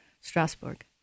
Strasbourg